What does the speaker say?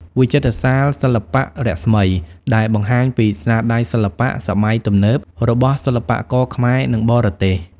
វិចិត្រសាលសិល្បៈរស្មី ដែលបង្ហាញពីស្នាដៃសិល្បៈសម័យទំនើបរបស់សិល្បករខ្មែរ និងបរទេស។